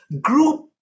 group